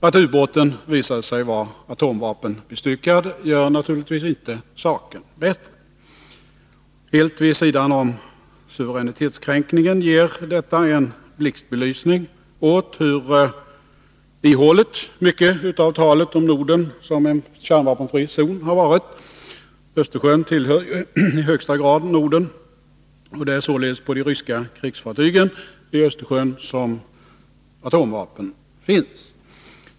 Att ubåten visade sig vara atomvapenbestyckad gör naturligtvis inte saken bättre. Helt vid sidan om suveränitetskränkningen ger detta en blixtbelysning åt hur ihåligt mycket av talet om Norden som en kärnvapenfri zon har varit. Östersjön tillhör i högsta grad Norden, och det är således på de ryska krigsfartygen i Östersjön som atomvapnen finns.